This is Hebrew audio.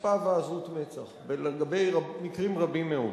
חוצפה ועזות מצח לגבי מקרים רבים מאוד.